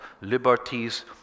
liberties